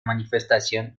manifestación